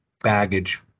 baggage